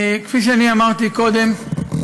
כפי שאמרתי קודם,